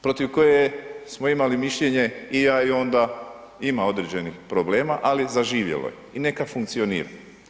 Protiv koje smo imali mišljenje i ja i on da ima određenih problema, ali zaživjelo je i neka funkcionira.